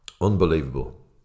unbelievable